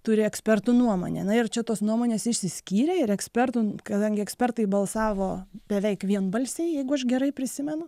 turi ekspertų nuomonė na ir čia tos nuomonės išsiskyrė ir ekspertų kadangi ekspertai balsavo beveik vienbalsiai jeigu aš gerai prisimenu